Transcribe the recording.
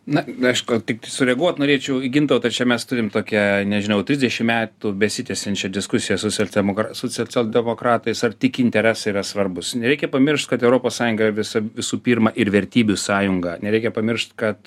na aš gal tik tai sureaguot norėčiau į gintautą čia mes turim tokią nežinau trisdešim metų besitęsiančią diskusiją socialdemokra su socialdemokratais ar tik interesai yra svarbūs nereikia pamiršt kad europos sąjunga yra visa visų pirma ir vertybių sąjunga nereikia pamiršt kad